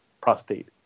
prostate